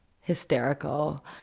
hysterical